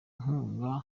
nkunga